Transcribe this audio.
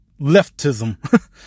leftism